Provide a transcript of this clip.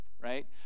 Right